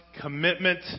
commitment